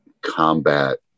combat